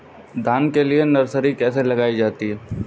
धान के लिए नर्सरी कैसे लगाई जाती है?